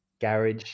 garage